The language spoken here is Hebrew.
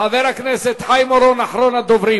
חבר הכנסת חיים אורון, אחרון הדוברים.